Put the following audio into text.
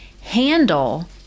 handle